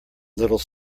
little